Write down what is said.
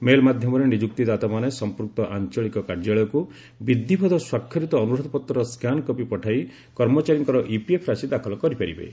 mail ମାଧ୍ୟମରେ ନିଯୁକ୍ତିଦାତାମାନେ ସଂପୃକ୍ତ ଆଞ୍ଚଳିକ କାର୍ଯ୍ୟାଳୟକୁ ବିଧିବଦ୍ଧ ସ୍ୱାକ୍ଷରିତ ଅନୁରୋଧପତ୍ରର ସ୍କାନ୍ କପି ପଠାଇ କର୍ମଚାରୀଙ୍କର ଇପିଏଫ୍ ରାଶି ଦାଖଲ କରିପାରିବେ